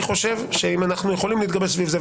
אני חושב שאם אנחנו יכולים להתגבש סביב זה,